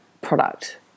product